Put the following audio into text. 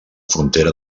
frontera